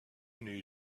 knew